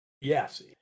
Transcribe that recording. Yes